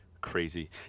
Crazy